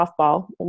softball